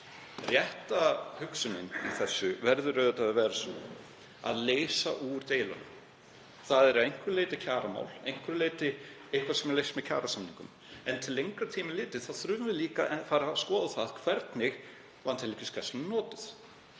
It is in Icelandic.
Rétta hugsunin í þessu verður auðvitað að vera sú að leysa úr deilum. Það er að einhverju leyti kjaramál, að einhverju leyti eitthvað sem er leyst með kjarasamningum en til lengri tíma litið þurfum við líka að fara að skoða það hvernig Landhelgisgæslan er notuð